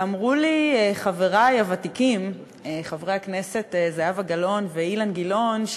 אמרו לי חברי הוותיקים חברי הכנסת זהבה גלאון ואילן גילאון,